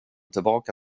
tillbaka